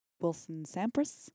Wilson-Sampras